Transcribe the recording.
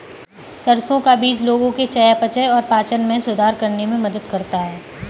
सरसों का बीज लोगों के चयापचय और पाचन में सुधार करने में मदद करता है